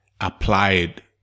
applied